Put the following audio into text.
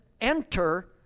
enter